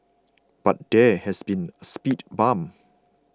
but there has been a speed bump